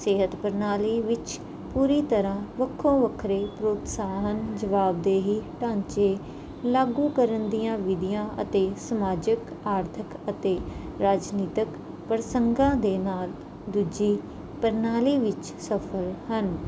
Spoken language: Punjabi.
ਸਿਹਤ ਪ੍ਰਣਾਲੀ ਵਿੱਚ ਪੂਰੀ ਤਰ੍ਹਾਂ ਵੱਖੋ ਵੱਖਰੇ ਪ੍ਰੋਤਸਾਹਨ ਜਵਾਬਦੇਹੀ ਢਾਂਚੇ ਲਾਗੂ ਕਰਨ ਦੀਆਂ ਵਿਧੀਆਂ ਅਤੇ ਸਮਾਜਿਕ ਆਰਥਿਕ ਅਤੇ ਰਾਜਨੀਤਿਕ ਪ੍ਰਸੰਗਾਂ ਦੇ ਨਾਲ ਦੂਜੀ ਪ੍ਰਣਾਲੀ ਵਿੱਚ ਸਫਲ ਹਨ